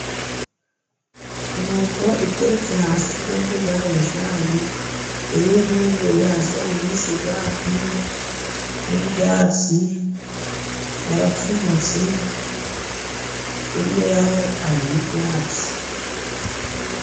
Inkoko iteretse hasi ku mbuga yashaje, iri ho impungure, hasi hari imisigati n'ibyatsi, yarapfumutse, hirya yaho hari ho ibyatsi.